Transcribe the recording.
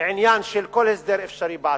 לעניין של כל הסדר אפשרי בעתיד,